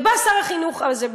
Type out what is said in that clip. ובא שר החינוך הזה,